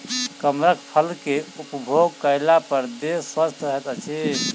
कमरख फल के उपभोग कएला पर देह स्वस्थ रहैत अछि